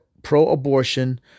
pro-abortion